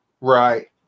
Right